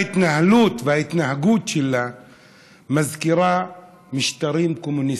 ההתנהלות וההתנהגות שלה מזכירה משטרים קומוניסטיים.